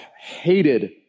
hated